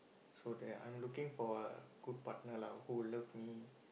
so there I'm looking for a good partner lah who love me